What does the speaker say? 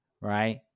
right